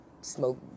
smoke